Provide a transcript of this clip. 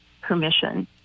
permission